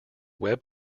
web